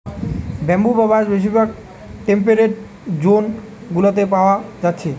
bamboo বা বাঁশ বেশিরভাগ টেম্পেরেট জোন গুলাতে পায়া যাচ্ছে